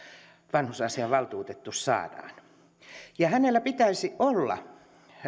vanhusasiavaltuutettu saadaan ja hänellä pitäisi olla